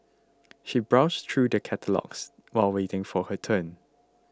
she browsed through the catalogues while waiting for her turn